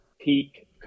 peak